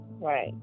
Right